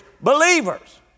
believers